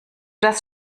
das